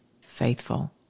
faithful